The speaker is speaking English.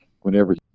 whenever